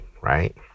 right